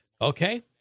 Okay